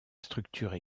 structure